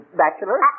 bachelor